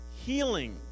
Healing